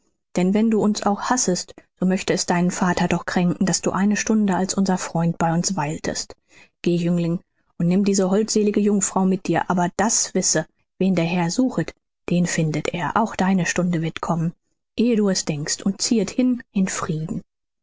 denn wenn du uns auch hassest so möchte es deinen vater doch kränken daß du eine stunde als unser freund bei uns weiltest geh jüngling und nimm diese holdselige jungfrau mit dir aber das wisse wen der herr suchet den findet er auch deine stunde wird kommen ehe du es denkst und so ziehet hin in frieden